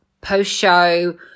post-show